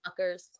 fuckers